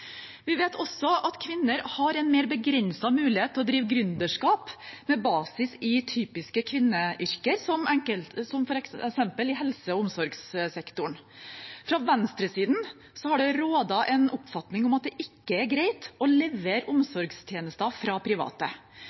Vi vet også at kvinner har en mer begrenset mulighet til å drive gründerskap med basis i typiske kvinneyrker som f.eks. i helse- og omsorgssektoren. Fra venstresiden har det rådet en oppfatning om at det ikke er greit å levere omsorgstjenester fra private.